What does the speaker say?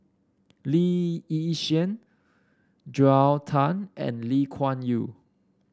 Lee Yi Shyan Joel Tan and Lee Kuan Yew